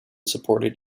supported